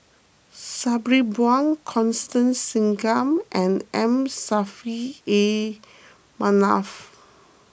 Sabri Buang Constance Singam and M Saffri A Manaf